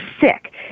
sick